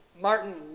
Martin